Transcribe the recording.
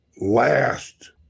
last